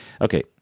Okay